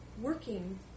working